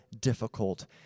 difficult